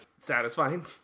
Satisfying